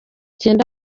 cyenda